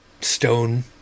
Stone